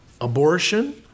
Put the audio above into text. abortion